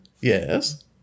Yes